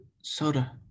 Soda